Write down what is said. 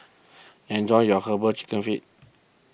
enjoy your Herbal Chicken Feet